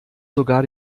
sogar